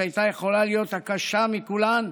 שהייתה יכולה להיות הקשה מכולן,